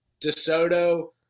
DeSoto-